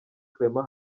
clement